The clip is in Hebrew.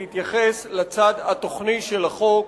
להתייחס לצד התוכני של החוק,